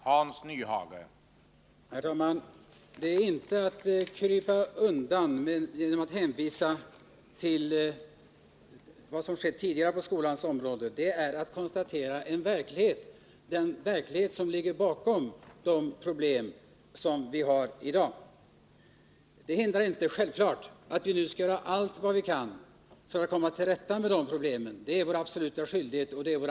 Herr talman! Att hänvisa till vad som har skett tidigare på skolans område är inte att krypa undan, utan det är att konstatera den verklighet som ligger bakom de problem som vi har i dag. Det hindrar självfallet inte att vi nu skall göra allt vad vi kan för att komma till rätta med problemen. Det är vår absoluta skyldighet.